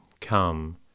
Come